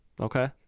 Okay